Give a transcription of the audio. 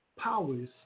powers